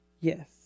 Yes